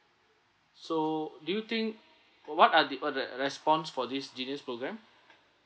so do you think uh what are the or the uh response for this genius programme